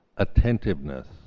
attentiveness